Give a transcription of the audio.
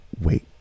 wait